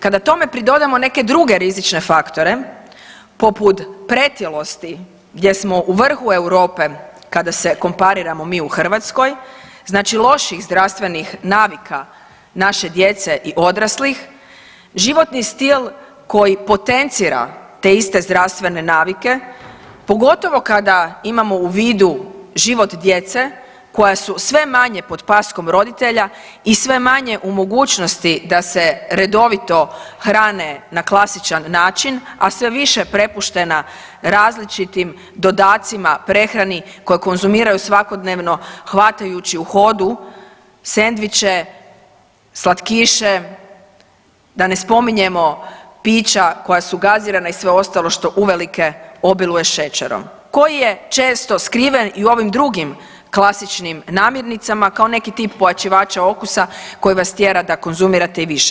Kada tome pridodamo neke druge rizične faktore poput pretilosti, gdje smo u vrhu Europe kada se kompariramo mi u Hrvatskoj, znači loših zdravstvenih navika naše djece i odraslih, životni stil koji potencira te iste zdravstvene navike, pogotovo kada imamo u vidu život djece koja su sve manje pod paskom roditelja i sve manje u mogućnosti da se redovito hrane na klasičan način, a sve više prepuštena različitim dodacima prehrani koje konzumiraju svakodnevno hvatajući u hodu sendviče, slatkiše, da ne spominjemo pića koja su gazirana i sve ostalo što uvelike obiluje šećerom, koji je često skriven i u ovim drugim klasičnim namirnicama kao neki tip pojačivača okusa koji vas tjera da konzumirate i više.